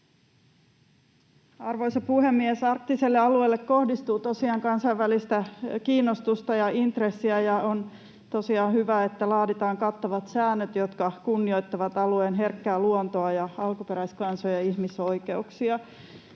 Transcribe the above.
Arvoisa puhemies! Arktiselle alueelle kohdistuu tosiaan kansainvälistä kiinnostusta ja intressiä, ja on tosiaan hyvä, että laaditaan kattavat säännöt, jotka kunnioittavat alueen herkkää luontoa ja alkuperäiskansoja ja ihmisoikeuksia.